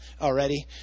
already